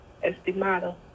estimado